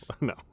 No